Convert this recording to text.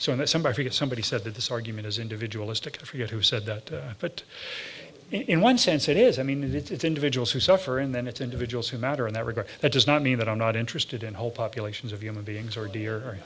so that somebody if somebody said that this argument is individual as to forget who said that but in one sense it is i mean it is individuals who suffer and then it's individuals who matter in that regard that does not mean that i'm not interested in whole populations of human beings or dear